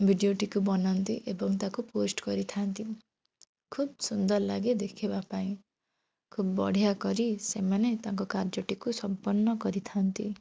ଭିଡ଼ିଓଟିକୁ ବନାନ୍ତି ଏବଂ ତାକୁ ପୋଷ୍ଟ୍ କରିଥାନ୍ତି ଖୁବ୍ ସୁନ୍ଦର ଲାଗେ ଦେଖିବାପାଇଁ ଖୁବ୍ ବଢ଼ିଆ କରି ସେମାନେ ତାଙ୍କ କାର୍ଯ୍ୟଟିକୁ ସମ୍ପର୍ଣ୍ଣ କରିଥାନ୍ତି